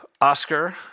oscar